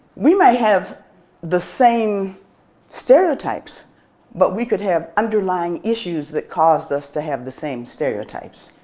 we may have the same stereotypes but we could have underlying issues that caused us to have the same stereotypes,